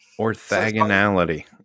Orthogonality